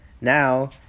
now